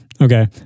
Okay